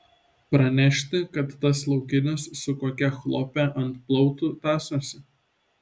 pranešti kad tas laukinis su kokia chlope ant plautų tąsosi